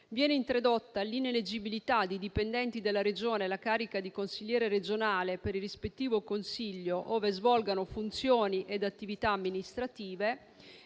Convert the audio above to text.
Viene introdotta l'ineleggibilità di dipendenti della Regione alla carica di consigliere regionale per il rispettivo Consiglio, ove svolgano funzioni ed attività amministrative